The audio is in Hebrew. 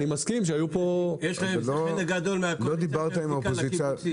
אני מסכים שהיו פה --- לא דיברת עם האופוזיציה,